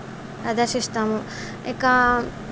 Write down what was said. ప్రదర్శిస్తాము ఇక